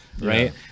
right